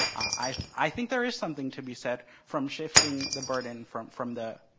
i i think there is something to be said from shifting the burden from from the,